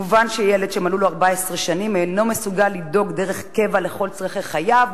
מובן שילד שמלאו לו 14 שנים אינו מסוגל לדאוג דרך קבע לכל צורכי חייו.